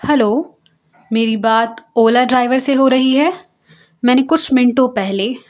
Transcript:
hello میری بات Ola driver سے ہو رہی ہے میں نے کچھ منٹوں پہلے